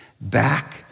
back